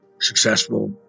successful